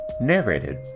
Narrated